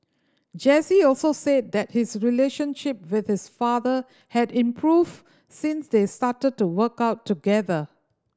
Jesse also said that his relationship with his father had improved since they started to work out together